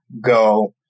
go